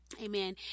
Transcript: Amen